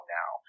now